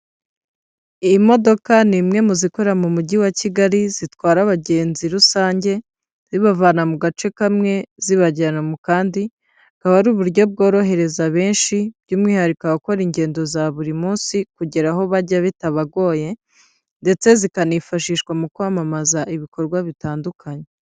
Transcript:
Iiyi modoka ni imwe mu zikorera mu Mujyi wa Kigali zitwara abagenzi rusange, zibavana mu gace kamwe zibajyana mu kandi, akaba ari uburyo bworohereza benshi, by'umwihariko abakora ingendo za buri munsi kugera aho bajya bitabagoye ndetse zikanifashishwa mu kwamamaza ibikorwa bitandukanye.